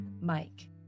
Mike